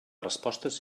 respostes